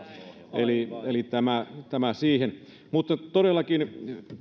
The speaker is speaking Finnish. eli tämä siihen mutta todellakin